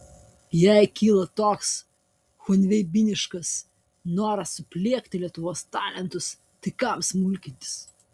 jei kyla toks chunveibiniškas noras supliekti lietuvos talentus tai kam smulkintis